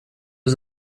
was